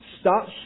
Stop